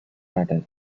desert